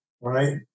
right